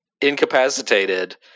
incapacitated